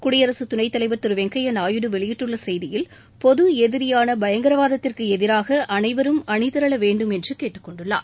குடியரசுத் துணைத் தலைவர் திரு வெங்கப்யா நாயுடு வெளியிட்டுள்ள செய்தியில் பொது எதிரியான பயங்கரவாதத்திற்கு எதிராக அனைவரும் அணி திரள வேண்டும் என்று கேட்டுக் கொண்டுள்ளார்